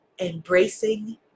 embracing